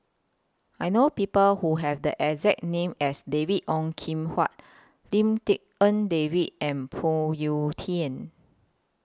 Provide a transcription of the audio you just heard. I know People Who Have The exact name as David Ong Kim Huat Lim Tik En David and Phoon Yew Tien